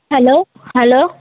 hello hello